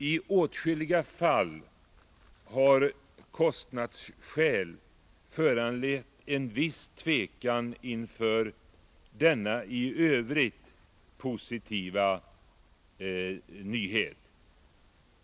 I åtskilliga fall har kostnadsskäl föranlett en viss tvekan inför denna i övrigt positiva nyhet.